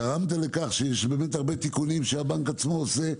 גרמת לך שיש הרבה תיקונים שהבנק עצמו עושה.